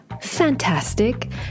Fantastic